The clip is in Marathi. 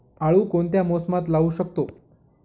आळू कोणत्या मोसमात लावू शकतो?